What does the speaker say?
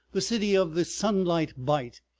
the city of the sunlight bight,